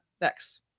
next